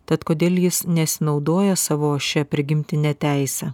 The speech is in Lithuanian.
tad kodėl jis nesinaudoja savo šia prigimtine teise